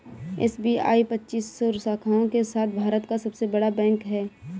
SBI पच्चीस सौ शाखाओं के साथ भारत का सबसे बड़ा बैंक है